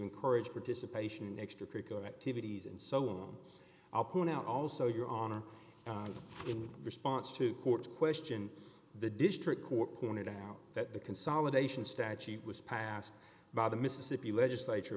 encourage participation in extracurricular activities and so on i'll point out also your honor in response to courts question the district court pointed out that the consolidation statute was passed by the mississippi legislature